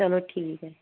चलो ठीक ऐ